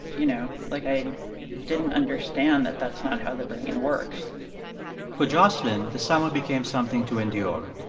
you know. like, i didn't understand that that's not how the brain works for jocelyn, the summer became something to endure.